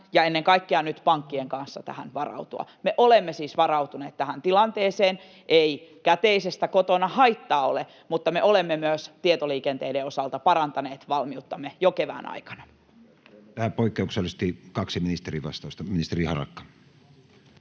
ja ennen kaikkea nyt pankkien kanssa tähän varautua. Me olemme siis varautuneet tähän tilanteeseen. Ei käteisestä kotona haittaa ole, mutta me olemme myös tietoliikenteen osalta parantaneet valmiuttamme jo kevään aikana. Tähän poikkeuksellisesti kaksi ministerin vastausta. — Ministeri Harakka.